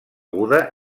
aguda